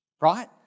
right